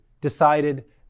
decided